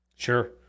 Sure